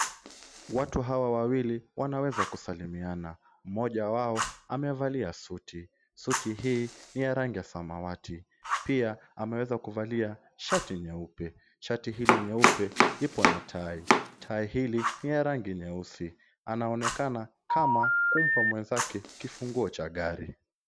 Watu hawa wawili wanaweza kusalimiana. Mmoja wao amevalia suti. Suti hii ni ya rangi ya samawati. Pia ameweza kuvalia shati nyeupe. Shati hili nyeupe lipo na tai. Tai hili ni ya rangi nyeusi. Anaonekana kama kumpa mwenzake kifunguo cha gari.